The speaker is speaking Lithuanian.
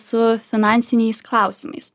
su finansiniais klausimais